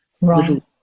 Right